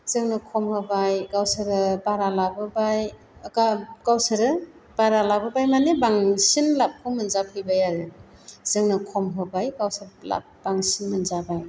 जोंनो खम होबाय गावसोरो बारा लाबोबाय गावसोरो बारा लाबोबाय माने बांसिन लापखौ मोनजाफैबाय आरो जोंनो खम होबाय गावसोर लाप बांसिन मोनजाबाय